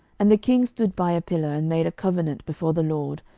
and the king stood by a pillar, and made a covenant before the lord,